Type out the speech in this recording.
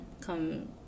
come